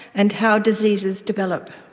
and how diseases develop.